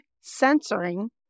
censoring